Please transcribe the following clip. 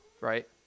right